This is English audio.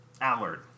Allard